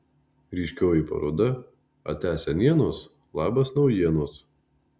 ryškioji paroda atia senienos labas naujienos